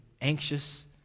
anxious